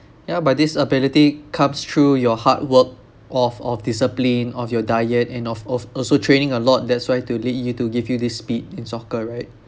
ya but this ability comes through your hard work of of discipline of your diet and of of also training a lot that's why to lead you need to give you this speed in soccer right